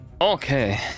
Okay